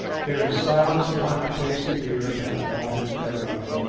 there is silence upon the face of the earth and the waters thereof!